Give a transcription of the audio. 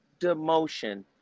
demotion